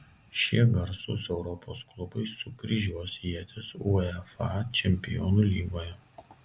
šie garsūs europos klubai sukryžiuos ietis uefa čempionų lygoje